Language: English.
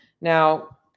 Now